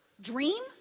dream